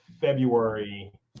February